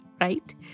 right